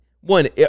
one